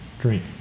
Drink